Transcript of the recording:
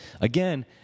Again